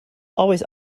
always